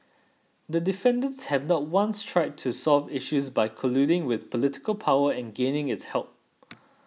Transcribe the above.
the defendants have not once tried to solve issues by colluding with political power and gaining its help